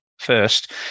first